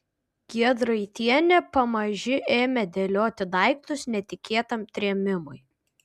giedraitienė pamaži ėmė dėlioti daiktus netikėtam trėmimui